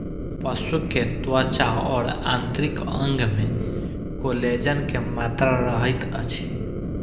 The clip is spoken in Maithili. पशु के त्वचा और आंतरिक अंग में कोलेजन के मात्रा रहैत अछि